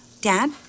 Dad